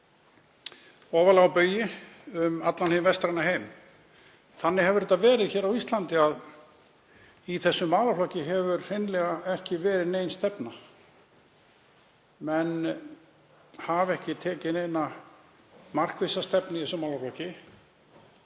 ofarlega á baugi um allan hinn vestræna heim. Þannig hefur það verið á Íslandi að í þessum málaflokki hefur hreinlega ekki verið nein stefna. Menn hafa ekki tekið neina markvissa stefnu í málaflokknum